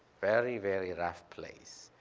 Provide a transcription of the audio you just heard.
very, very rough place,